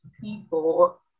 people